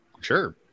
Sure